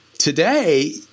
Today